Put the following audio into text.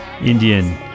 Indian